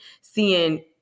seeing